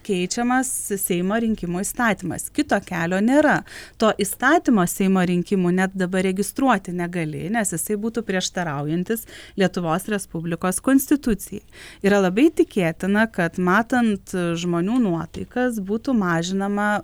keičiamas s seimo rinkimų įstatymas kito kelio nėra to įstatymo seimo rinkimų net dabar registruoti negali nes jisai būtų prieštaraujantis lietuvos respublikos konstitucijai yra labai tikėtina kad matant žmonių nuotaikas būtų mažinama